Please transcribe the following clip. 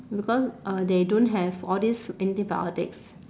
because uh they don't have all these antibiotics